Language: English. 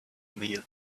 meal